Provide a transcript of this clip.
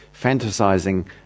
fantasizing